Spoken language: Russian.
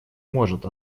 может